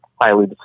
highly